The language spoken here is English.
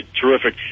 terrific